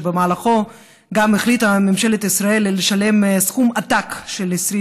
שבו גם החליטה ממשלת ישראל לשלם סכום עתק של 20